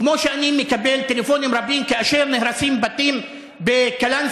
כמו שאני מקבל טלפונים רבים כאשר נהרסים בתים בקלנסואה,